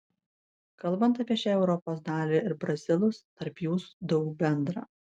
kalbant apie šią europos dalį ir brazilus tarp jūsų daug bendra